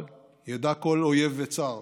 אבל ידע כל אויב וצר: